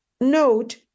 note